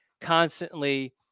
constantly